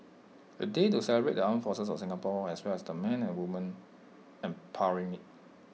A day to celebrate the armed forces of Singapore as well as the men and women powering IT